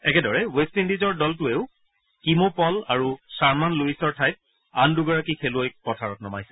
একেদৰে ৱেট্ট ইণ্ডিজৰ দলটোৱেও কীমো পল আৰু খাৰমান লুইছৰ ঠাইত আন দুগৰাকী খেলুৱৈক পথাৰত নমাইছে